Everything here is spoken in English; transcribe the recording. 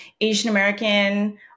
Asian-American